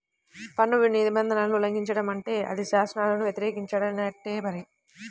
పన్ను నిబంధనలను ఉల్లంఘించడం అంటే అది శాసనాలను వ్యతిరేకించినట్టే మరి